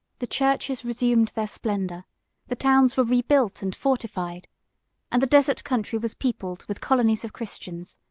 the churches resumed their splendor the towns were rebuilt and fortified and the desert country was peopled with colonies of christians,